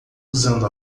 usando